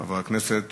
חבר הכנסת